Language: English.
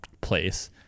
place